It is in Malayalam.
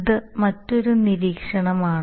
ഇത് മറ്റൊരു നിരീക്ഷണമാണ്